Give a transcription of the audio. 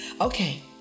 Okay